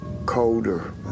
colder